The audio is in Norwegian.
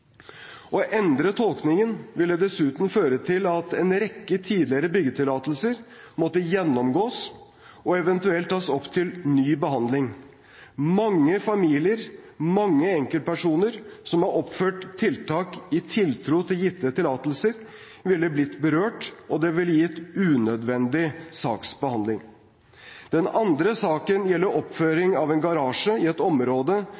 Å endre tolkningen ville dessuten føre til at en rekke tidligere byggetillatelser måtte gjennomgås og eventuelt tas opp til ny behandling. Mange familier, mange enkeltpersoner som har oppført tiltak i tiltro til gitte tillatelser, ville blitt berørt, og det ville blitt unødvendig saksbehandling. Den andre saken gjelder oppføring av en garasje i et område